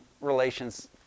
relations